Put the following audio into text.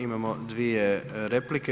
Imamo dvije replike.